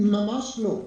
ממש לא.